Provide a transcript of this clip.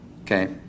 Okay